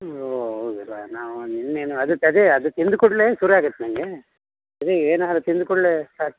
ಓ ಹೌದಲ್ಲಾ ನಾವು ನಿನ್ನೆನು ಅದಕ್ಕೆ ಅದೇ ಅದು ತಿಂದ ಕೂಡಲೇ ಶುರು ಆಗತ್ತೆ ನನಗೆ ಅದೆ ಏನಾದರು ತಿಂದ ಕೂಡಲೇ ಸ್ಟಾರ್ಟ್